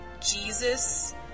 Jesus